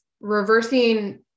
reversing